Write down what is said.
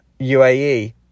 UAE